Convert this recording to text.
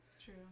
True